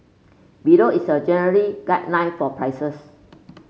below is a general guideline for prices